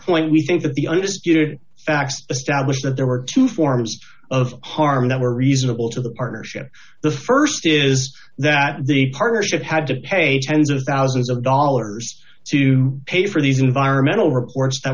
point we think that the undisputed facts established that there were two forms of harm that were reasonable to the partnership the st is that the partnership had to pay tens of thousands of dollars to pay for these environmental reports that